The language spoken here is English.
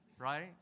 Right